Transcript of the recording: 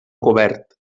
cobert